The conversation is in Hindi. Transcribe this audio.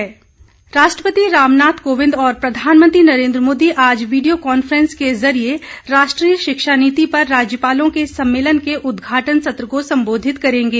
शिक्षा नीति राष्ट्रपति रामनाथ कोविंद और प्रधानमंत्री नरेन्द्र मोदी आज वीडियो कांफ्रेंस के जरिए राष्ट्रीय शिक्षा नीति पर राज्यपालों के सम्मेलन के उदघाटन सत्र को संबोधित करेंगे